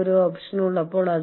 നിങ്ങൾ അവരുടെ ക്ഷേമം നോക്കണം